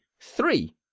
three